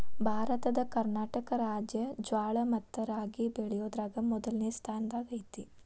ಭಾರತದ ಕರ್ನಾಟಕ ರಾಜ್ಯ ಜ್ವಾಳ ಮತ್ತ ರಾಗಿ ಬೆಳಿಯೋದ್ರಾಗ ಮೊದ್ಲನೇ ಸ್ಥಾನದಾಗ ಐತಿ